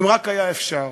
אם רק היה אפשר